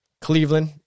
Cleveland